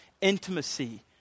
intimacy